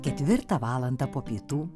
ketvirtą valandą po pietų